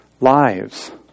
lives